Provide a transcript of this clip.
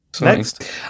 next